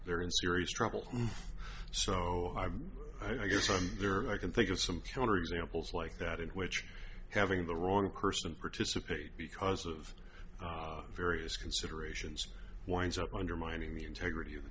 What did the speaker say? there in serious trouble so i guess i'm there i can think of some counterexamples like that in which having the wrong person participate because of various considerations winds up undermining the integrity of the